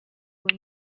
wohl